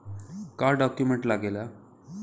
का डॉक्यूमेंट लागेला?